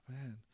man